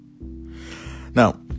Now